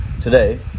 Today